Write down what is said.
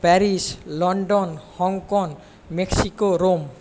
Paris London Hong Kong Mexico Rome